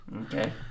okay